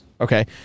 Okay